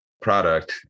product